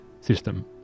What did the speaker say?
system